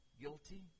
guilty